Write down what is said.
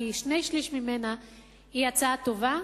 כי שני-שלישים ממנה הם הצעה טובה.